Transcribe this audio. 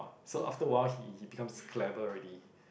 so after awhile he he becomes clever already